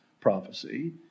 prophecy